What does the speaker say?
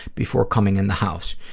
before coming in the house.